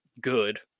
good